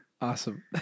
Awesome